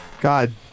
God